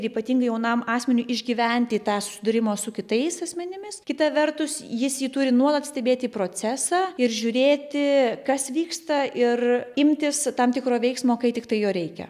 ir ypatingai jaunam asmeniui išgyventi tą susidūrimo su kitais asmenimis kita vertus jis ji turi nuolat stebėti procesą ir žiūrėti kas vyksta ir imtis tam tikro veiksmo kai tiktai jo reikia